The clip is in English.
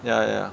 ya ya ya